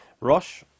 Rosh